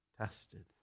tested